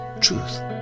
Truth